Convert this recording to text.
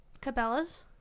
Cabela's